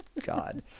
God